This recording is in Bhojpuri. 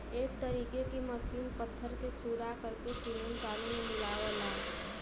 एक तरीके की मसीन पत्थर के सूरा करके सिमेंट बालू मे मिलावला